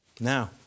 Now